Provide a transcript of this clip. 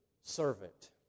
servant